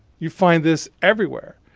you find this everywhere.